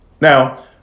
Now